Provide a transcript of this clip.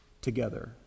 together